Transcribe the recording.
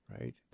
Right